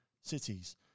cities